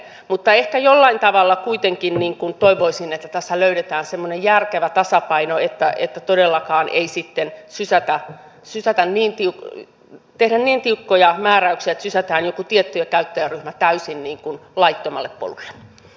mutta ehkä jollain tavalla kuitenkin toivoisin että tässä löydetään semmoinen järkevä tasapaino että todellakaan ei sitten tehdä niin tiukkoja määräyksiä että sysätään joku tietty käyttäjäryhmä täysin laittomalle polulle